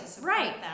Right